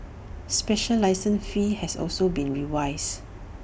special license fees have also been revised